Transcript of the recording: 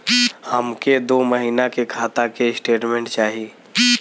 हमके दो महीना के खाता के स्टेटमेंट चाही?